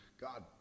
God